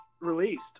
released